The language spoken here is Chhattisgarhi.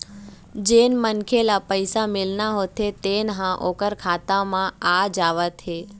जेन मनखे ल पइसा मिलना होथे तेन ह ओखर खाता म आ जावत हे